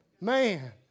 Man